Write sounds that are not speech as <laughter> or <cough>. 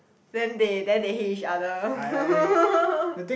then they then they hate each other <laughs>